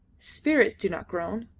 spirits do not groan.